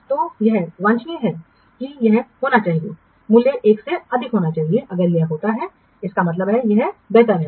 तो यह वांछनीय है कि यह होना चाहिए मूल्य एक से अधिक होना चाहिए अगर यह होता है इसका मतलब है यह बेहतर है